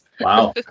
Wow